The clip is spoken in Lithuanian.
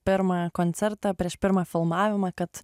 pirmą koncertą prieš pirmą filmavimą kad